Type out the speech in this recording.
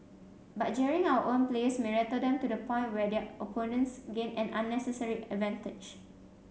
but jeering our own players may rattle them to the point where their opponents gain an unnecessary advantage